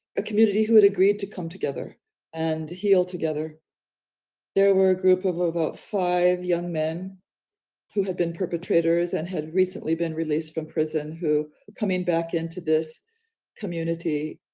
a community who had agreed to come together and heal together. and there were a group of about five young men who had been perpetrators and had recently been released from prison who coming back into this community.